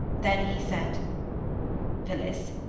then he said phillis!